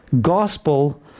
gospel